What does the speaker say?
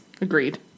agreed